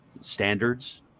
standards